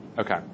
Okay